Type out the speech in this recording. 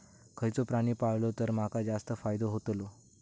खयचो प्राणी पाळलो तर माका जास्त फायदो होतोलो?